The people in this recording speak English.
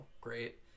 great